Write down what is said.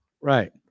Right